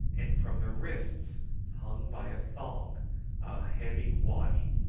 and from their wrists hung by a thong a heavy waddy,